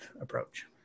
approach